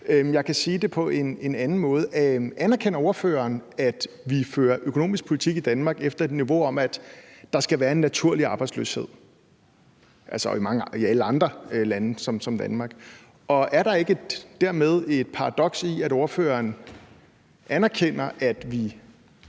Jeg kan spørge på en anden måde: Anerkender ordføreren, at vi fører økonomisk politik i Danmark efter et niveau, hvor der skal være en naturlig arbejdsløshed, altså som i alle andre lande som Danmark? Og er der dermed ikke et paradoks i, at ordføreren anerkender, at vi